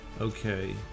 Okay